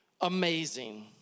amazing